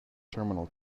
terminal